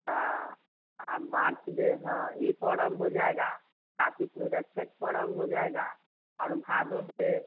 हाँ हम बाटदे हैं यह पर्व होना छठ पर्व हो जाएगा और भादों में